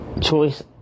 choice